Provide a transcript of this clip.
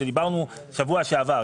כשדיברנו בשבוע שעבר.